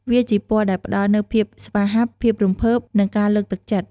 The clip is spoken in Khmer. វាជាពណ៌ដែលផ្តល់នូវភាពស្វាហាប់ ភាពរំភើប និងការលើកទឹកចិត្ត។